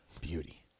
beauty